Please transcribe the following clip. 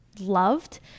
loved